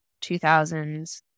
2000s